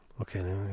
okay